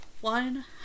One